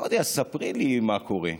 אמרתי לה: ספרי לי מה קורה.